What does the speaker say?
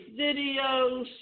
videos